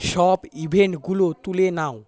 সব ইভেন্টগুলো তুলে নাও